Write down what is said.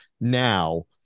now